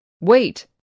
wait